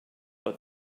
but